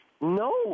No